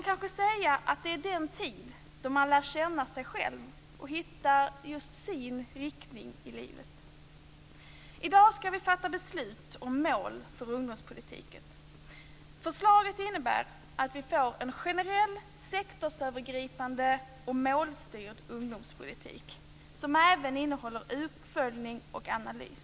Det är den tid då man lär känna sig själv och hittar just sin egen riktning i livet. Vi ska fatta beslut om mål för ungdomspolitiken. Förslaget innebär att vi får en generell, sektorsövergripande och målstyrd ungdomspolitik som även innehåller uppföljning och analys.